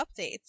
updates